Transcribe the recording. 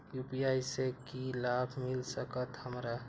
UPI से की लाभ मिल सकत हमरा?